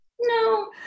no